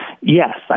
Yes